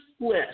list